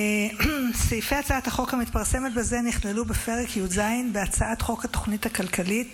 סעיפי הצעת החוק המתפרסמת בזה נכללו בפרק י"ז בהצעת חוק התוכנית הכלכלית